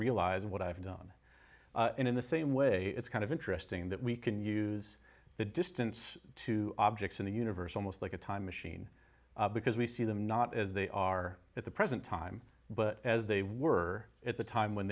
realize what i've done in the same way it's kind of interesting that we can use the distance to objects in the universe almost like a time machine because we see them not as they are at the present time but as they were at the time when